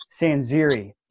Sanziri